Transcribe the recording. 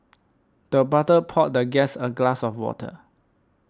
the butler poured the guest a glass of water